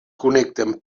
connecten